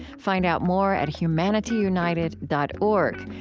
find out more at humanityunited dot org,